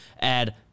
add